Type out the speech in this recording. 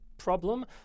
problem